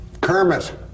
Kermit